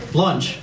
lunch